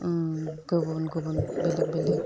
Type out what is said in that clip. गुबुन गुबुन बेलेक बेलेक